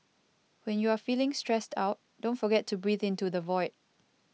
when you are feeling stressed out don't forget to breathe into the void